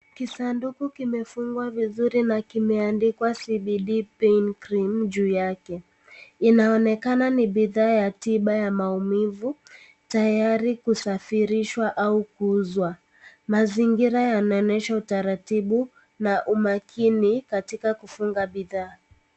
Kisanduku kimefungwa vizuri na kimeandikwa CBD Pain Cream juu yake. Inaonekana ni bidhaa ya tiba ya maumivu tayari kusafirishwa au kuuzwa. Mazingira yanaonyesha utaratibu na umakini katika kufunga bidhaa hiyo.